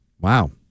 Wow